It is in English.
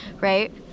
right